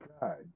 God